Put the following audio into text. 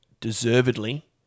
deservedly